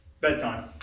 bedtime